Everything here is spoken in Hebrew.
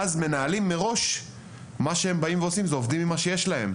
מנהלים מראש מה שהם באים ועושים עובדים עם מה שיש להם.